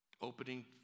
Opening